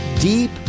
Deep